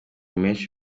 menshi